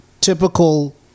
typical